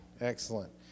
excellent